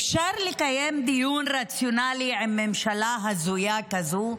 אפשר לקיים דיון רציונלי עם ממשלה הזויה כזו?